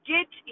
Get